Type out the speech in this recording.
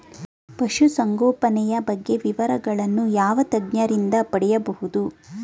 ಪಶುಸಂಗೋಪನೆಯ ಬಗ್ಗೆ ವಿವರಗಳನ್ನು ಯಾವ ತಜ್ಞರಿಂದ ಪಡೆಯಬಹುದು?